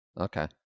okay